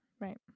right